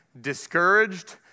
discouraged